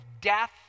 death